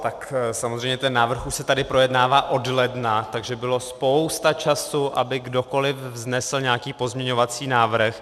Tak samozřejmě ten návrh už se tady projednává od ledna, takže bylo spousta času, aby kdokoliv vznesl nějaký pozměňovací návrh.